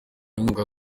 inkunga